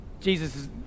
Jesus